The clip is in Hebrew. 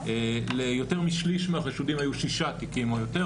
ליותר משליש מהחשודים היו ששה תיקים ויותר,